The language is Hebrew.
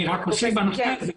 אני רק אוסיף בנושא הזה.